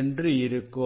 என்று இருக்கும்